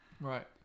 Right